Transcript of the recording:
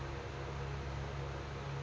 ಕೃಷಿನಾಗ್ ಒಟ್ಟ ಎಷ್ಟ ವಿಧ?